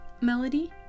Melody